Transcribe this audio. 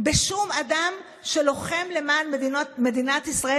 בשום אדם שלוחם למען מדינת ישראל.